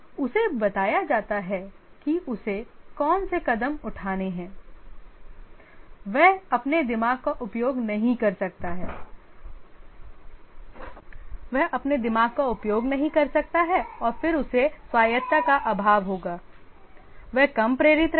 उसे बताया जाता है कि उसे कौन से कदम उठाने हैं वह अपने दिमाग का उपयोग नहीं कर सकता है फिर उसे स्वायत्तता का अभाव होगा और वह कम प्रेरित रहेगा